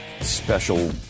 special